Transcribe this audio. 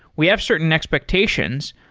we have certain expectations,